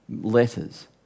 letters